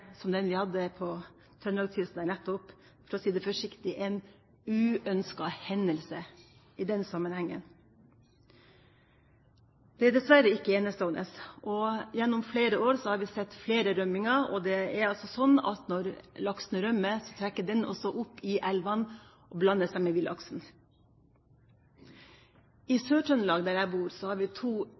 som den vi hadde på Trøndelagskysten, er – for å si det forsiktig – en uønsket hendelse i den sammenhengen. Det er dessverre ikke enestående. Gjennom flere år har vi sett flere rømninger, og det er altså sånn at når laksen rømmer, trekker den opp i elvene og blander seg med villaksen. I Sør-Trøndelag, der jeg bor, har vi to